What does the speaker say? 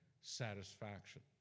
satisfaction